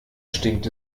stinkt